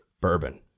Bourbon